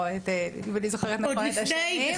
אם אני זוכרת נכון את השנים,